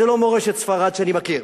זו לא מורשת ספרד שאני מכיר.